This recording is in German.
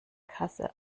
kasse